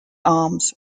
arms